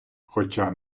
хоча